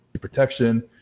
protection